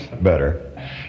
better